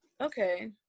okay